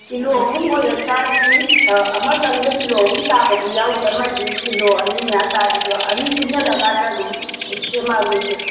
kilo ꯑꯍꯨꯝ ꯑꯣꯏꯔꯛꯇꯥꯗꯤ ꯑꯃꯇꯪꯗ ꯀꯤꯂꯣ ꯑꯍꯨꯝ ꯇꯥꯕꯗꯤ ꯌꯥꯎꯗꯦ ꯑꯃꯗꯤ ꯀꯤꯂꯣ ꯑꯅꯤ ꯃꯌꯥ ꯇꯥꯏ ꯑꯅꯤ ꯄꯨꯟꯁꯟꯂꯀꯥꯟꯗ ꯑꯗꯨꯝ ꯁꯦꯝꯃꯛꯑꯒꯦ ꯏꯆꯦ